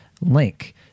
Link